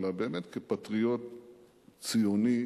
אלא באמת כפטריוט ציוני,